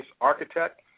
architect